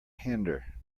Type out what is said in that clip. hinder